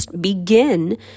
begin